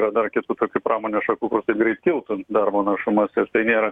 rodo kitų tokių pramonės šakų kokiu greičiu kiltų darbo našumas ir tai nėra